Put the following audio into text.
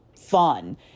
fun